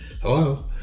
Hello